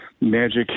magic